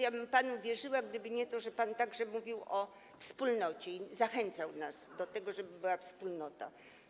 Ja bym panu wierzyła, gdyby nie to, że pan mówił także o wspólnocie i zachęcał nas do tego, żeby była wspólnota.